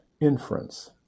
inference